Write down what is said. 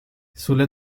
sulle